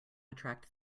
attract